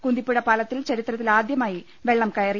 കുന്തിപ്പുഴ പാലത്തിൽ ചരിത്രത്തിൽ ആദ്യമായി വെള്ളം കയറി